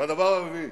הדבר הרביעי,